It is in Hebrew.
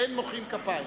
אין מוחאים כפיים